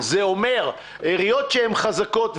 זה אומר: עיריות חזקות,